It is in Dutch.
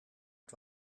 het